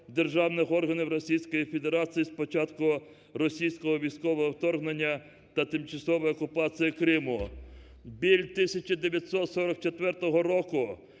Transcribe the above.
Федерації з початку російського військового вторгнення та тимчасової окупації Криму. Біль 1944 року